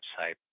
website